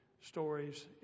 stories